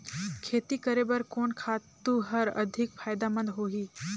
खेती करे बर कोन खातु हर अधिक फायदामंद होही?